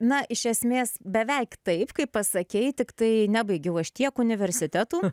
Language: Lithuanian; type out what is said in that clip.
na iš esmės beveik taip kaip pasakei tiktai nebaigiau aš tiek universitetų